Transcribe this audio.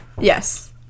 Yes